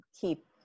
Keep